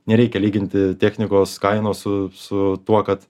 nereikia lyginti technikos kainos su su tuo kad